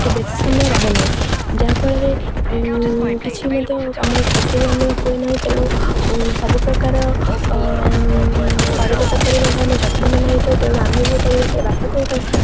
ବେଶୀ ସମୟ ରହେ ନାହିଁ ଯାହାଫଳରେ କିଛି ମଧ୍ୟ ଆମର କ୍ଷତିରେ ଆମେ ହୁଏ ନାହିଁ ତେଣୁ ସବୁପ୍ରକାର ପରିବେଶ ପରି ମଧ୍ୟ ଆମେ ଯତ୍ନ ମନ ହେଇଥାଉ ତେଣୁ ଆମେ ଯେଉଁ ପରିବେଶରେ ବାସ କରିଥାଉ